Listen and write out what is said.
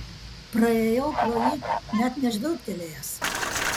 praėjau pro jį net nežvilgtelėjęs